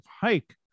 hike